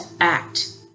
act